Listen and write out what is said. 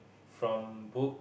from book